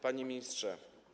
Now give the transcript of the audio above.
Panie Ministrze!